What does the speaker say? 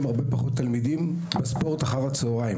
הרבה פחות תלמידים בספורט אחר הצהריים